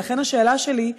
ולכן, השאלה שלי היא,